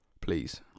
Please